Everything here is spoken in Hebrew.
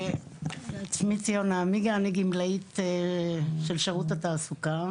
שמי ציונה אמיגה, אני גמלאים של שירות התעסוקה.